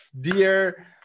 dear